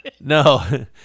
No